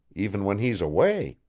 even when he's away.